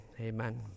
Amen